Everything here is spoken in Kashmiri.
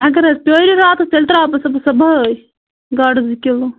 اگر حظ پرٛٲرِو راتَس تیٚلہِ ترٛاوٕ بہٕ صبُحس صُبحٲے گاڈٕ زٕ کِلوٗ